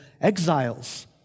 exiles